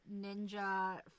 ninja